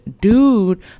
dude